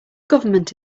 government